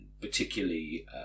particularly